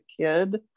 kid